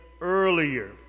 earlier